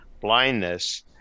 blindness